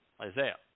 Isaiah